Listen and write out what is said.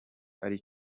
ari